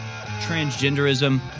Transgenderism